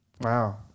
Wow